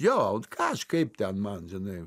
jo kažkaip ten man žinai